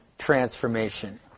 transformation